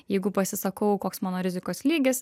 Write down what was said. jeigu pasisakau koks mano rizikos lygis